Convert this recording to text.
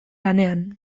lanean